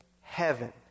heaven